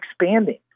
expanding